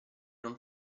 non